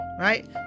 right